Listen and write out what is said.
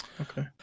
okay